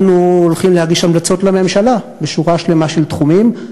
אנחנו הולכים להגיש המלצות לממשלה בשורה שלמה של תחומים,